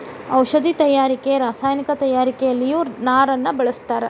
ಔಷದಿ ತಯಾರಿಕೆ ರಸಾಯನಿಕ ತಯಾರಿಕೆಯಲ್ಲಿಯು ನಾರನ್ನ ಬಳಸ್ತಾರ